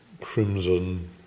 crimson